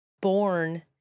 born